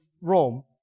Rome